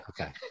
okay